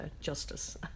justice